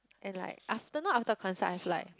and like after not after concert I've like